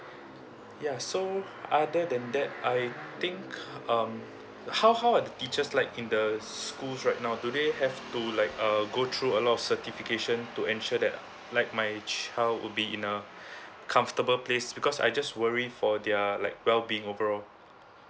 ya so other than that I think um how how are the teachers like in the the schools right now do they have to like err go through a lot of certification to ensure that uh like my child would be in uh comfortable place because I just worry for their well being overall